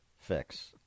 fix